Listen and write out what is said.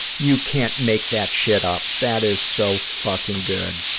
you can't make that shit up. that is so fucking good.